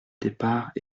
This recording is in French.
départ